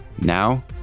Now